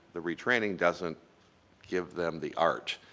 the retraining doesn't give them the art,